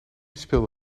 speelde